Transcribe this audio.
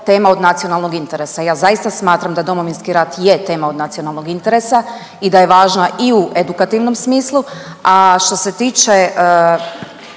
tema od nacionalnog interesa. Ja zaista smatram da Domovinski rat je tema od nacionalnog interesa i da je važna i u edukativnom smislu, a što se tiče